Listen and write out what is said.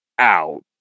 out